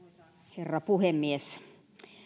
herra puhemies